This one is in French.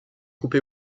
coupé